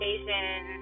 Asian